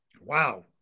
Wow